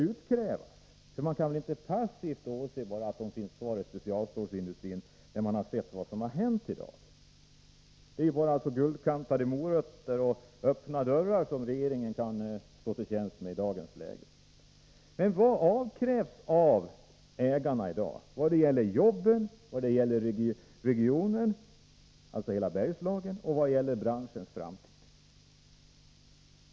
Man kan väl inte bara passivt åse att det får ligga kvar inom specialstålsindustrin efter vad som nu har hänt? Regeringen kan i dagens läge bara stå till tjänst med guldkantade ”morötter” och öppna dörrar. Men vilket ansvar avkrävs av ägarna f. n. i vad gäller jobb, i vad gäller regionala hänsyn — avseende hela Bergslagen — och i vad gäller branschens framtid?